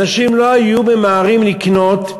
אנשים לא היו ממהרים לקנות,